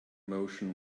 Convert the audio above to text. motion